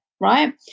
right